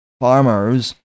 farmers